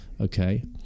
okay